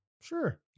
Sure